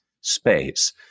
space